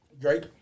Drake